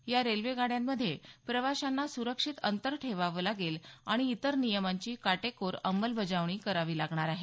या रेल्वे गाड्यांमध्ये प्रवाशांना सुरक्षित अंतर ठेवावं लागेल आणि इतर नियमांची काटेकोर अंमलबजावणी करावी लागणार आहे